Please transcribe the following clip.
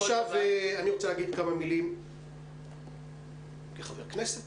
אני רוצה לומר כמה מילים כחבר כנסת